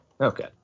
okay